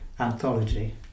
anthology